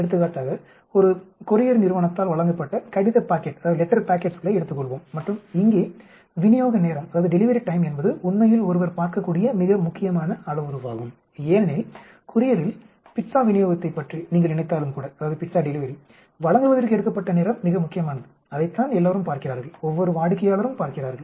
எடுத்துக்காட்டாக ஒரு கூரியர் நிறுவனத்தால் வழங்கப்பட்ட கடித பாக்கெட்டுகளை எடுத்துக்கொள்வோம் மற்றும் இங்கே விநியோக நேரம் என்பது உண்மையில் ஒருவர் பார்க்கக்கூடிய மிக முக்கியமான அளவுருவாகும் ஏனெனில் கூரியரில் பீஸ்ஸா விநியோகத்தைப் பற்றி நீங்கள் நினைத்தாலும் கூட வழங்குவதற்கு எடுக்கப்பட்ட நேரம் மிக முக்கியமானது அதைத்தான் எல்லோரும் பார்க்கிறார்கள் ஒவ்வொரு வாடிக்கையாளரும் பார்க்கிறார்கள்